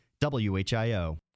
WHIO